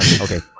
okay